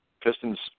Pistons